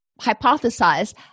hypothesize